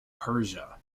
persia